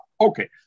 Okay